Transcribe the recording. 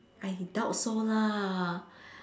I doubt so lah